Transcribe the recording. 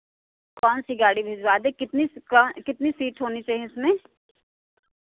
कौन सी गाड़ी भिजवा दें कितनी क कितनी सीट होनी चाहिए उसमें